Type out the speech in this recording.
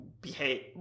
behave